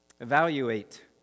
Evaluate